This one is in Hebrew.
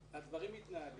הדברים מתנהלים.